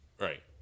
Right